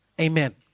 Amen